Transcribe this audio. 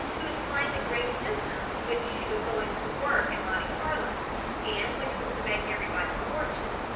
to explain the great system which she was going to work in monte carlo and which was to make everybody's fortune.